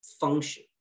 function